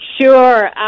Sure